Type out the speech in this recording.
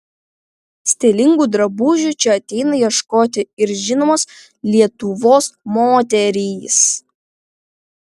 stilingų drabužių čia ateina ieškoti ir žinomos lietuvos moterys